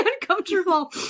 uncomfortable